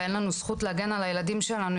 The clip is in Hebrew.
ואין לנו זכות להגן על הילדים שלנו,